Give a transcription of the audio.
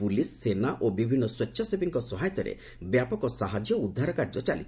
police ସେନା ଓ ବିଭିନ୍ନ ସ୍ୱେଚ୍ଛାସେବୀଙ୍କ ସହାୟତାରେ ବ୍ୟାପକ ସାହାଯ୍ୟ ଓ ଉଦ୍ଧାରକାର୍ଯ୍ୟ ଚାଲିଛି